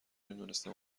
میدونسته